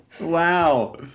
Wow